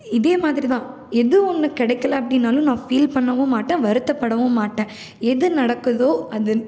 இதே மாதிரி தான் எது ஒன்று கிடைக்கில அப்படின்னாலும் நான் ஃபீல் பண்ணவும் மாட்டேன் வருத்தப்படவும் மாட்டேன் எது நடக்குதோ அது